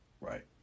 Right